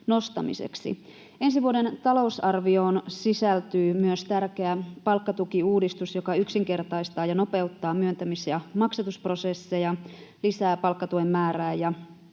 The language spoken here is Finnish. Ensi vuoden talousarvioon sisältyy myös tärkeä palkkatukiuudistus, joka yksinkertaistaa ja nopeuttaa myöntämis‑ ja maksatusprosesseja, lisää palkkatuen määrää ja